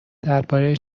درباره